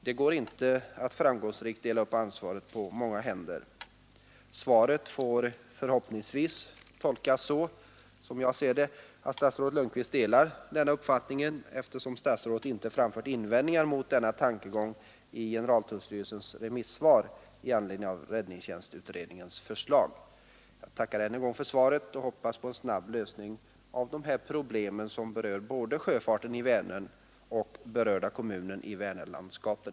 Det går inte att framgångsrikt dela upp ansvaret på många händer. Svaret får förhoppningsvis tolkas så — som jag ser det — att statsrådet Lundkvist delar den uppfattningen, eftersom statsrådet inte framfört invändningar mot denna tankegång i generaltullstyrelsens mindre utsläpp ger ju stora skador, speciellt i en insjö där vattenomloppet är begränsat. Därtill kommer känsligheten bl.a. på grund av att många Jag tackar än en gång för svaret och hoppas på en snabb lösning av dessa problem som berör både sjöfarten i Vänern och kommuner i Vänerlandskapen.